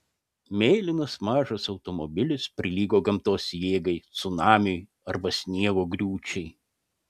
mėlynas mažas automobilis prilygo gamtos jėgai cunamiui arba sniego griūčiai